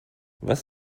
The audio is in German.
was